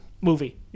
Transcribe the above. movie